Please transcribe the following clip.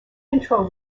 control